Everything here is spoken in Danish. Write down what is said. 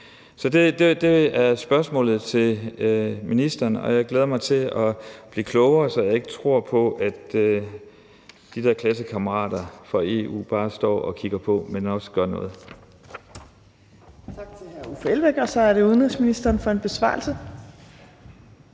Så det er spørgsmålet til ministeren. Og jeg glæder mig til at blive klogere, så jeg vil tro på, at de der klassekammerater fra EU ikke bare står og kigger på, men faktisk gør noget.